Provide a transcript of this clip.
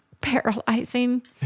paralyzing